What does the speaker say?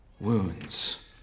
Wounds